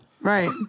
Right